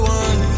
one